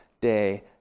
day